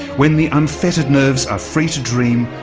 when the unfettered nerves are free to dream,